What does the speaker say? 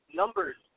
numbers